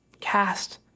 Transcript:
cast